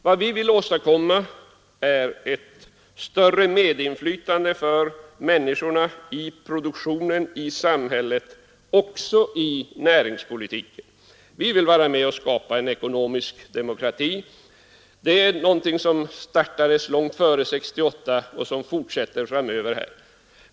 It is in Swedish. Vad vi vill åstadkomma är ett större medinflytande för människorna i produktionen och i samhället — också i näringspolitiken. Vi vill vara med och skapa en ekonomisk demokrati. Det är någonting som startades långt före 1968 och som fortsätter framöver.